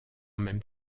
même